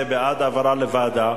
זה בעד העברה לוועדה,